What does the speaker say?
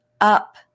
up